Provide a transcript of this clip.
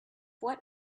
what